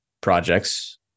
projects